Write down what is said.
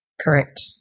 Correct